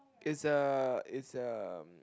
it's a it's um